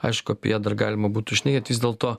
aišku apie ją dar galima būtų šnekėt vis dėlto